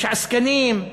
יש עסקנים,